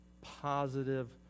positive